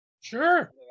sure